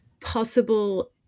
possible